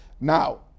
Now